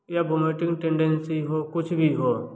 या vomiting tendency हो कुछ भी हो